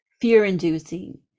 fear-inducing